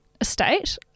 estate